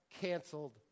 canceled